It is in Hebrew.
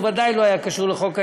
הוא ודאי לא היה קשור לחוק ההסדרים,